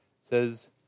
says